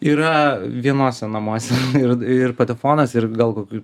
yra vienuose namuose ir ir patefonas ir gal kokių